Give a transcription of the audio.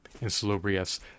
insalubrious